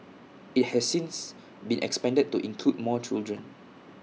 IT has since been expanded to include more children